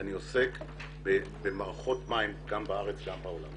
אני עוסק במערכות מים, גם בארץ וגם בעולם.